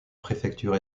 préfecture